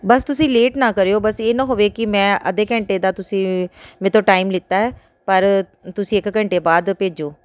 ਬਸ ਤੁਸੀਂ ਲੇਟ ਨਾ ਕਰਿਓ ਬਸ ਇਹ ਨਾ ਹੋਵੇ ਕਿ ਮੈਂ ਅੱਧੇ ਘੰਟੇ ਦਾ ਤੁਸੀਂ ਮੇਰੇ ਤੋਂ ਟਾਈਮ ਲਿਤਾ ਹੈ ਪਰ ਤੁਸੀਂ ਇੱਕ ਘੰਟੇ ਬਾਅਦ ਭੇਜੋ